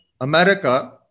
America